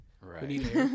Right